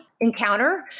encounter